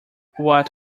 what